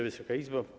Wysoka Izbo!